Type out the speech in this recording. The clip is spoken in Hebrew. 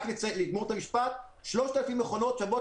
רק לסיים את המשפט: 3,000 מכונות שוות